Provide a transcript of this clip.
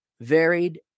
varied